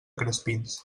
crespins